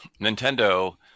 Nintendo